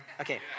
Okay